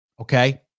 okay